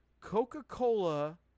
coca-cola